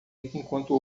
enquanto